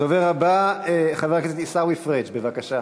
הדובר הבא, חבר הכנסת עיסאווי פריג', בבקשה.